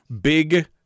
big